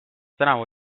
tänavu